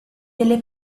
delle